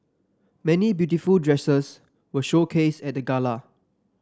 many beautiful dresses were showcased at the gala